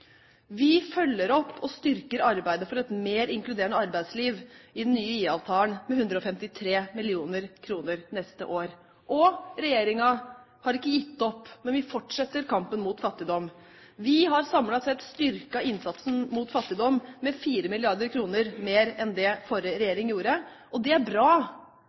Vi følger opp og styrker arbeidet for et mer inkluderende arbeidsliv i den nye IA-avtalen med 153 mill. kr neste år. Regjeringen har ikke gitt opp, men vi fortsetter kampen mot fattigdom. Vi har samlet sett styrket innsatsen mot fattigdom med 4 mrd. kr mer enn det den forrige regjeringen gjorde. Det er bra,